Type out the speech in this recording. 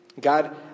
God